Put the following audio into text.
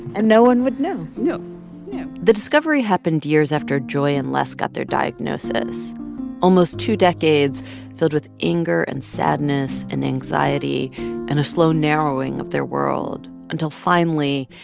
and no one would know no the discovery happened years after joy and les got their diagnosis almost two decades filled with anger and sadness and anxiety and a slow narrowing of their world until finally,